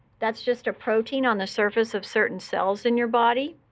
that's just a protein on the surface of certain cells in your body.